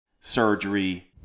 surgery